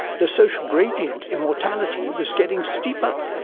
the social gradient in mortality was getting steeper,